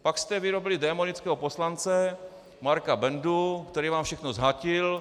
Pak jste vyrobili démonického poslance Marka Bendu, který vám všechno zhatil.